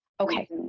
Okay